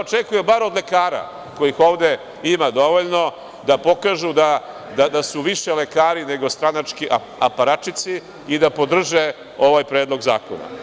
Očekujem bar od lekara, kojih ovde ima dovoljno, da pokažu da su više lekari nego stranački aparačici i da podrže ovaj predlog zakona.